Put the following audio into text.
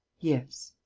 yes.